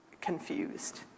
confused